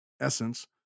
essence